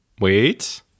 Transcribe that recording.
Wait